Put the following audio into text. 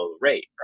rate